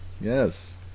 Yes